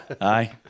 Aye